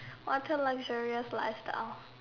water luxurious lifestyle